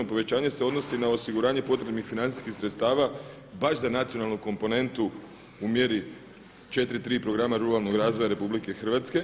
Povećanje se odnosi na osiguranje potrebnih financijskih sredstava baš za nacionalnu komponentu u mjeri 4.3. programa ruralnog razvoja RH.